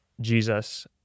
Jesus